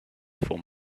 before